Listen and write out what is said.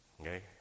okay